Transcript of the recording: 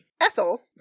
Ethel